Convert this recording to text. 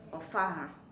oh far ah